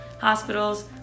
hospitals